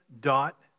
dot